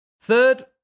Third